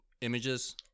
images